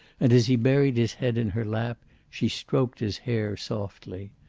and as he buried his head in her lap she stroked his hair softly.